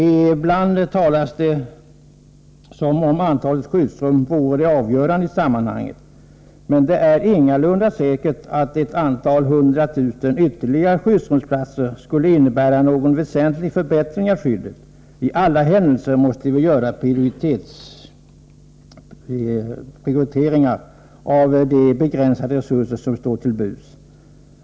Ibland talas det som om antalet skyddsrum vore det avgörande i sammanhanget. Men det är ingalunda säkert att ytterligare några hundra tusen skyddsrumsplatser skulle innebära någon väsentlig förbättring av skyddet. I alla händelser måste vi göra prioriteringar av de begränsade resurser som står till buds.